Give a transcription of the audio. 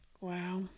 Wow